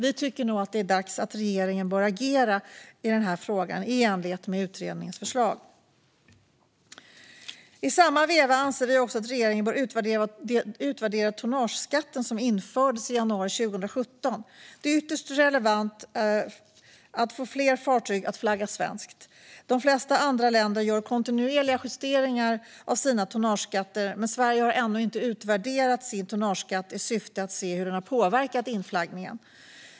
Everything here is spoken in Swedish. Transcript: Vi tycker nog att det är dags att regeringen agerar i den här frågan, i enlighet med utredningens förslag. I samma veva anser vi att regeringen bör utvärdera tonnageskatten, som infördes i januari 2017. Det är ytterst relevant att få fler fartyg att flagga svenskt. De flesta andra länder gör kontinuerliga justeringar av sina tonnageskatter, men Sverige har ännu inte utvärderat sin tonnageskatt i syfte att se hur den har påverkat inflaggningen.